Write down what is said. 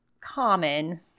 common